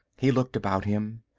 he looked about him.